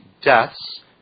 deaths